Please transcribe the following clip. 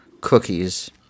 cookies